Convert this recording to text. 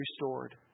restored